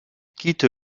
quitte